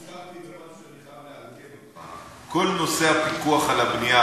נזכרתי במשהו שאני חייב לעדכן אותך: כל נושא הפיקוח על הבנייה